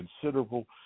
considerable